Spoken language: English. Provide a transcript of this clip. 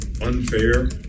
unfair